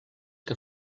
que